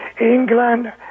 England